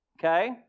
Okay